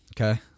Okay